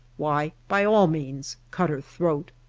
why, by all means, cut her throat.